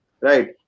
right